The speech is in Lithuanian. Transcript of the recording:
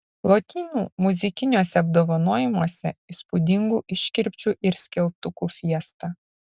lotynų muzikiniuose apdovanojimuose įspūdingų iškirpčių ir skeltukų fiesta